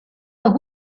los